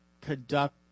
conduct